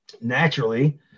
naturally